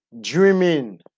Dreaming